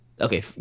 Okay